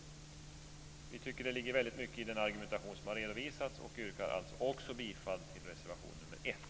Vi tycker att det ligger väldigt mycket i den argumentation som har redovisats och yrkar alltså bifall också till reservation 1.